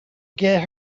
get